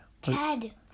Ted